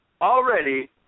already